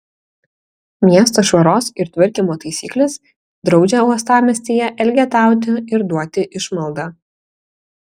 miesto švaros ir tvarkymo taisyklės draudžia uostamiestyje elgetauti ir duoti išmaldą